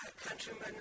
countrymen